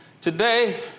today